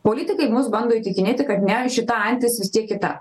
politikai mus bando įtikinėti kad ne šita antis vis tiek kita